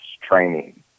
training